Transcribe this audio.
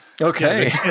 Okay